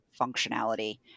functionality